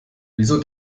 wieso